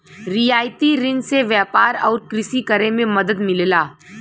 रियायती रिन से व्यापार आउर कृषि करे में मदद मिलला